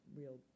real